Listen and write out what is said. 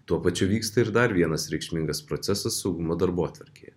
tuo pačiu vyksta ir dar vienas reikšmingas procesas saugumo darbotvarkėje